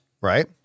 right